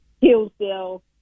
Hillsdale